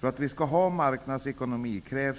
För att vi skall ha ''marknadsekonomi' krävs